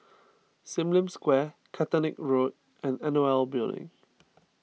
Sim Lim Square Caterick Road and N O L Building